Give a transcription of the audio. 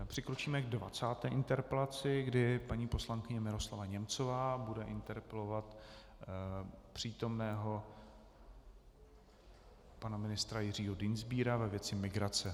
Přikročíme k 20. interpelaci, kdy paní poslankyně Miroslava Němcová bude interpelovat přítomného pana ministra Jiřího Dienstbiera ve věci migrace.